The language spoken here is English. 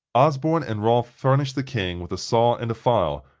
osborne and rolf furnished the king with a saw and a file,